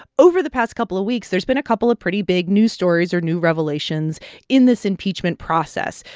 over the past couple of weeks, there's been a couple of pretty big news stories or new revelations in this impeachment process.